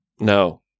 No